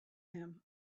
him